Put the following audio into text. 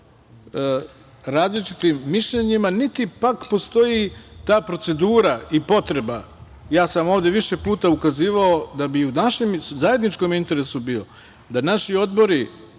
različitim mišljenjima, niti pak postoji ta procedura i potreba, ja sam ovde više puta ukazivao da bi u našem zajedničkom interesu bilo da naši odbori